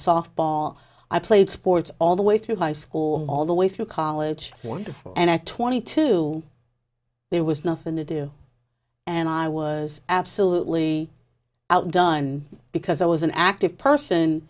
softball i played sports all the way through high school all the way through college wonderful and at twenty two there was nothing to do and i was absolutely outdone because i was an active person